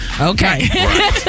Okay